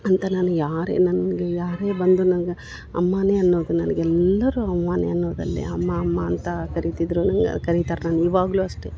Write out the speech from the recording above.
ಅಂತ ನಾನು ಯಾರೇ ನನ್ಗ ಯಾರೇ ಬಂದು ನನ್ಗ ಅಮ್ಮಾನೇ ಅನ್ನೋಗು ನನ್ಗ ಎಲ್ಲರೂ ಅಮ್ಮಾನೇ ಅನ್ನೋದು ಅಲ್ಲೇ ಅಮ್ಮ ಅಮ್ಮ ಅಂತಾ ಕರೀತಿದ್ದರು ನನ್ಗ ಕರೀತರೆ ನನ್ನ ಇವಾಗ್ಗು ಅಷ್ಟೆ